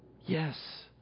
Yes